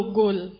goal